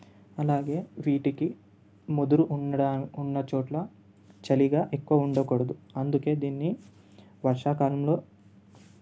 అలాగే వీటికి ముదురు ఉన్న చోట్ల చలిగా ఎక్కువ ఉండకూడదు అందుకే దీన్ని వర్షా కాలంలో